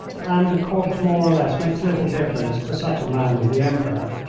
and a corps more or less makes little difference to such a man as the emperor.